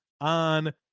on